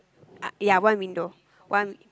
ya one window one